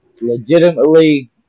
Legitimately